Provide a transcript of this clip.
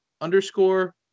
underscore